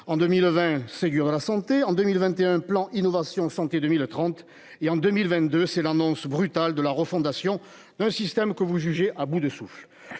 En 2020, Ségur de la santé en 2021, plan Innovation Santé 2030 et en 2022, c'est l'annonce brutale de la refondation. Un système que vous jugez à bout de souffle.